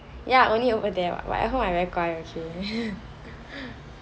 ya only over there right but at home I very guai okay